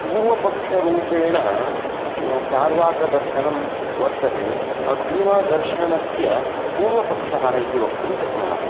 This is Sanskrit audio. पूर्वपक्षरूपेण चार्वाकदर्शनं वर्तते अग्रिमदर्शनस्य पूर्वपक्षः इति वक्तुं शक्नुमः